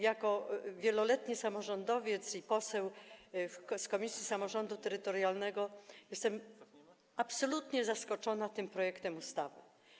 Jako wieloletni samorządowiec i poseł z komisji samorządu terytorialnego jestem absolutnie zaskoczona tym projektem ustawy.